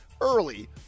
early